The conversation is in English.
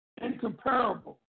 incomparable